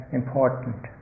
important